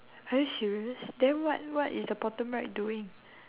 are you serious then what what is the bottom right doing